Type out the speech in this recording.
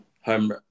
home